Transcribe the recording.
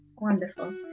Wonderful